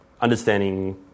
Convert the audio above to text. understanding